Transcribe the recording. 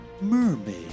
Mermaid